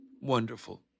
Wonderful